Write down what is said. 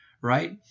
right